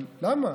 למה?